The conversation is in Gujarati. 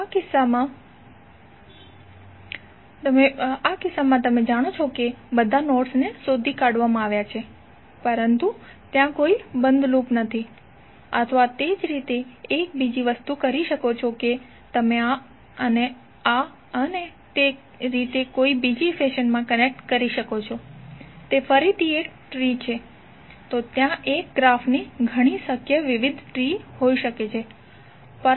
આ કિસ્સામાં તમે જાણો છો કે બધા નોડ્સને શોધી કાઢવામાં આવ્યા છે પરંતુ ત્યાં કોઈ બંધ લૂપ નથી અથવા તે જ રીતે તમે એક બીજી વસ્તુ કરી શકો છો કે જે તમે આ આ અને તે રીતે કોઇ બીજી ફેશનમા કનેક્ટ કરી શકો છો તે ફરીથી એક ટ્રી છે તો ત્યાં એક ગ્રાફની ઘણી શક્ય વિવિધ ટ્રી હોઈ શકે છે